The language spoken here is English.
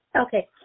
Okay